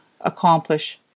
accomplish